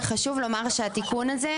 חשוב לומר שהתיקון הזה,